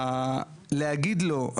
להגיד לא,